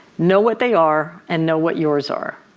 know what they are and know what yours are,